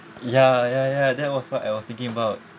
ya ya ya that was what I was thinking about